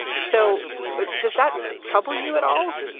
so does that trouble you at all?